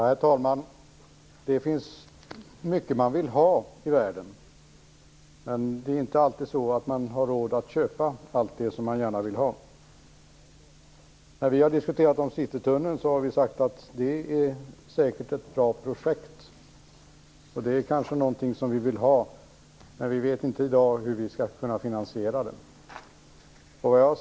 Herr talman! Det finns mycket man vill ha i världen, men man har inte alltid råd att köpa allt det man gärna vill ha. När vi har diskuterat Citytunneln har vi sagt att det säkert är ett bra projekt. Det är kanske någonting som vi vill ha, men vi vet inte i dag hur vi skall kunna finansiera det.